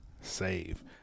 Save